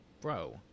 bro